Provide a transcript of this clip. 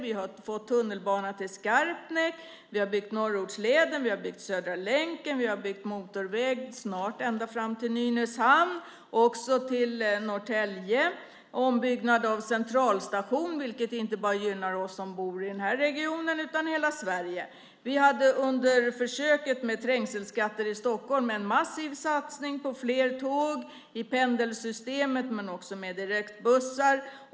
Vi har fått tunnelbana till Skarpnäck. Vi har byggt norrortsleden. Vi har byggt Södra länken. Vi har byggt motorväg, snart ända fram till Nynäshamn och även till Norrtälje. Ombyggnad av Centralstationen har gjorts, vilket inte bara gynnar oss som bor i den här regionen utan hela Sverige. Vi hade under försöket med trängselskatter i Stockholm en massiv satsning på flera tåg i pendelsystemet men också på direktbussar.